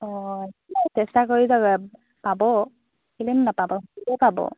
অঁ চেষ্টা কৰি যাব পাব কেলেনো নাপাবে পাব